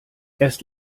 erst